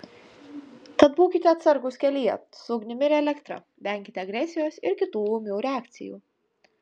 tad būkite atsargūs kelyje su ugnimi ir elektra venkite agresijos ir kitų ūmių reakcijų